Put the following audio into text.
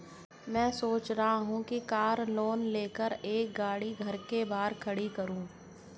मैं सोच रहा हूँ कि कार लोन लेकर एक गाड़ी घर के बाहर खड़ी करूँ